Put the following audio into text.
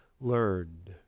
learned